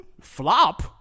Flop